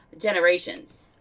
generations